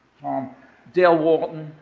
um dale walton,